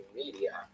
media